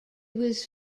was